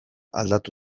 aldatu